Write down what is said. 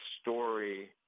story